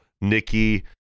Nikki